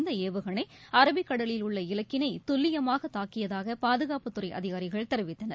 இந்தஏவுகணைஅரபிக்கடலில் உள்ள இலக்கினைதுல்லியமாகதாக்கியதாகபாதுகாப்புத்துறைஅதிகாரிகள் தெரிவித்தனர்